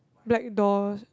black doors